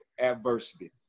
adversity